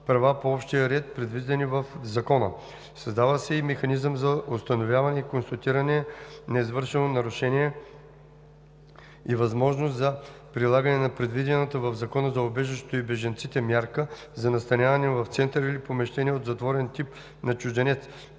права по общия ред, предвиден в Закона. Създава се и механизъм за установяване и констатиране на извършено нарушение и възможност за прилагане на предвидената в Закона за убежището и бежанците мярка за настаняване в център или помещение от затворен тип на чужденец,